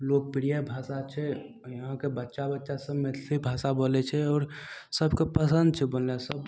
लोकप्रिय भाषा छै अब इहाँके बच्चा बच्चा सभ मैथिली भाषा बोलय छै आओर सभके पसन्द छै बोलनाइ सभ